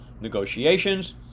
negotiations